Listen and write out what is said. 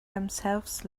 themselves